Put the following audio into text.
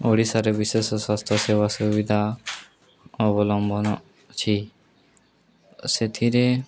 ଓଡ଼ିଶାରେ ବିଶେଷ ସ୍ୱାସ୍ଥ୍ୟ ସେବା ସୁବିଧା ଅବଲମ୍ବନ ଅଛି ସେଥିରେ